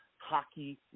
hockey